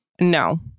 No